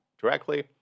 directly